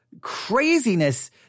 craziness